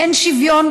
אין שוויון,